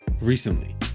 recently